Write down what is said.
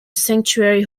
sanctuary